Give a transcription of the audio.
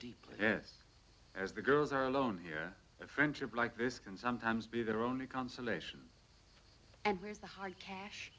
deeply yes as the girls are alone here a friendship like this can sometimes be their only consolation